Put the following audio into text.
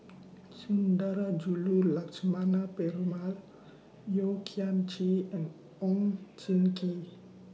Sundarajulu Lakshmana Perumal Yeo Kian Chye and Oon Jin Gee